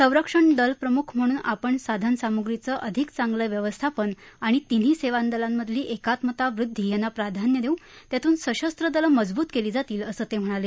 सरंक्षण दल प्रमुख म्हणून आपण साधनसामुग्रीचं अधिक चांगलं व्यवस्थापन आणि तिन्ही सेवादलांमधली एकात्मता वृद्वी यांना प्राधान्य देऊ त्यातून सशस्र दलं मजवूत केली जातील असं ते म्हणाले